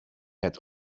had